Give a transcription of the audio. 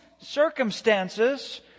circumstances